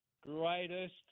greatest